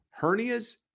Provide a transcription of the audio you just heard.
Hernias